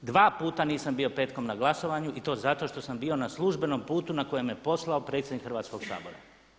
Dva puta nisam bio petkom na glasovanju i to zato što sam bio na službenom putu na koji me poslao predsjednik Hrvatskog sabora.